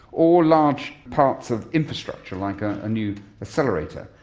or large parts of infrastructure like ah a new accelerator,